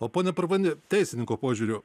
o pone purvaini teisininko požiūriu